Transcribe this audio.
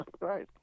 right